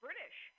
British